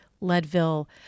Leadville